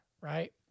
right